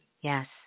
Yes